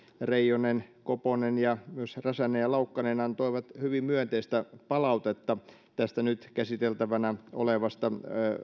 reijonen koponen ja myös räsänen ja laukkanen antoivat hyvin myönteistä palautetta tästä nyt käsiteltävänä olevasta